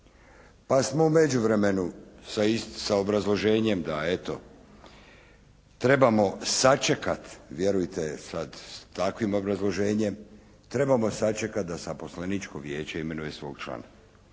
pa smo u međuvremenu sa obrazloženjem da eto trebamo sačekat, vjerujte sa takvim obrazloženjem, trebamo sačekati da zaposleničko vijeće imenuje svog člana